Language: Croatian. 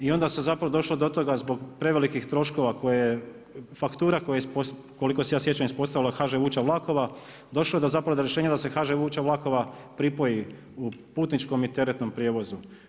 I onda se zapravo došlo do toga, zbog prevelikih troškova koje, faktura koliko se ja sjećam ispostavila HŽ Vuča vlakova došao je zapravo do rješenja da se HŽ vuča vlakova pripoji u putničkom i teretnom prijevozu.